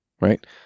Right